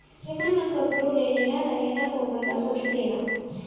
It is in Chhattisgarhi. एमा न कखरो ले लेना रहय न कोनो ल कुछु देना